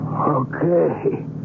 Okay